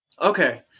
Okay